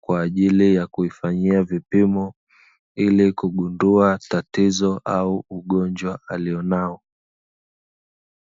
kwa ajili ya kuifanyia vipimo ili kugundua tatizo au ugonjwa alionao.